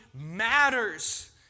matters